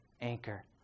anchor